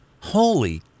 Holy